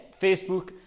Facebook